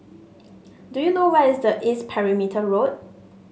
do you know where is the East Perimeter Road